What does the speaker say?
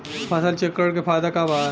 फसल चक्रण के फायदा का बा?